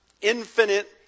infinite